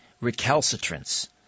recalcitrance